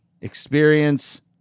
experience